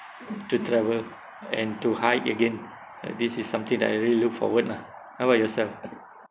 to travel and to hike again uh this is something that I really look forward lah how about yourself